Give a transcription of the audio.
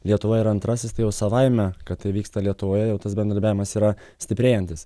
lietuvoje yra antrasis tai jau savaime kad tai vyksta lietuvoje jau tas bendravimas yra stiprėjantis